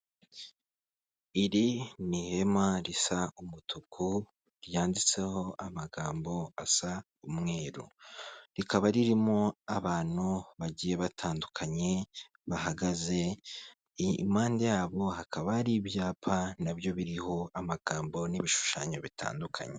Iri ni ihema risa umutuku ryanditseho amagambo asa umweru, rikaba ririmo abantu bagiye batandukanye bahagaze, impande yabo hakaba hari ibyapa nabyo biriho amagambo n'ibishushanyo bitandukanye.